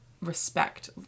respect